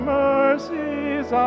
mercies